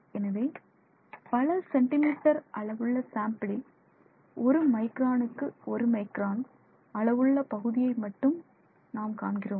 எனவே பல சென்டிமீட்டர் அளவுள்ள சாம்பிளில் ஒரு மைக்ரானுக்கு ஒரு மைக்ரான் அளவுள்ள பகுதியை மட்டும் நாம் காண்கிறோம்